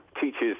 teaches